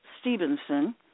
Stevenson